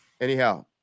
Anyhow